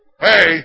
Hey